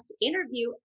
interview